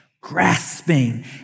grasping